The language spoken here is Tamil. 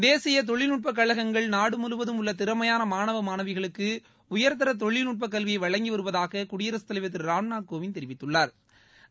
தேசிய தொழில்நுட்ப கழகங்கள் நாடுமுழுவதும் உள்ள திறமையான மாணவ மாணவிகளுக்கு உயர்தர தொழில்நுட்ப கல்வியை வழங்கி வருவதாக குடியரசுத் தலைவா் திரு ராம்நாத் கோவிந்த் தெரிவித்துள்ளாா்